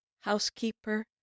housekeeper